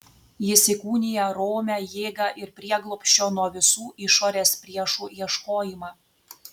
jis įkūnija romią jėgą ir prieglobsčio nuo visų išorės priešų ieškojimą